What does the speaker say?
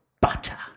butter